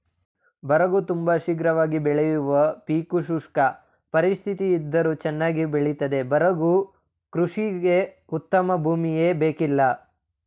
ಬರಗು ತುಂಬ ಶೀಘ್ರವಾಗಿ ಬೆಳೆಯುವ ಪೀಕು ಶುಷ್ಕ ಪರಿಸ್ಥಿತಿಯಿದ್ದರೂ ಚನ್ನಾಗಿ ಬೆಳಿತದೆ ಬರಗು ಕೃಷಿಗೆ ಉತ್ತಮ ಭೂಮಿಯೇ ಬೇಕಿಲ್ಲ